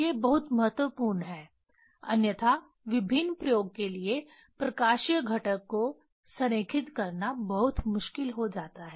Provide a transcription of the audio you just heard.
ये बहुत महत्वपूर्ण हैं अन्यथा विभिन्न प्रयोग के लिए प्रकाशीय घटक को संरेखित करना बहुत मुश्किल हो जाता है